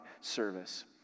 service